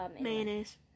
Mayonnaise